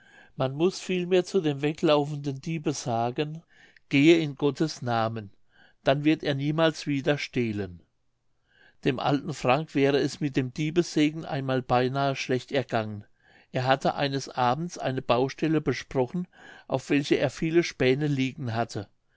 man muß vielmehr zu dem weglaufenden diebe sagen gehe in gottes namen dann wird er niemals wieder stehlen dem alten frank wäre es mit dem diebessegen einmal beinahe schlecht ergangen er hatte eines abends eine baustelle besprochen auf welcher er viele spähne liegen hatte